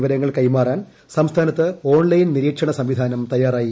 വിവരങ്ങൾ കൈമാറാൻ സംസ്ഥാനത്ത് ഓൺലൈൻ നിരീക്ഷണ സംവിധാനം തയ്യാറായി